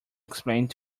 explained